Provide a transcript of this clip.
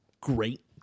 Great